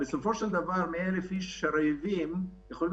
בסופו של דבר 100,000 איש רעבים יכולים